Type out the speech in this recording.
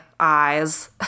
eyes